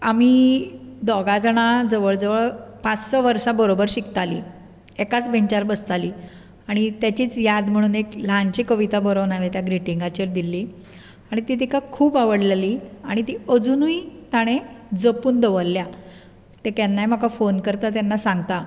आमी दोगा जाणां जवळ जवळ पांच स वर्सां बरोबर शिकतालीं एकाच बॅंचार बसतालीं तेचीच याद म्हणून एक ल्हानशीच कविता बरोवन त्या ग्रिटिंगाचेर दिल्ली आनी ती तिका खूब आवडलेली आनी ती अजुनूय ताणें जपून दवरल्या तें केन्नाय म्हाका फोन करता तेन्ना सांगता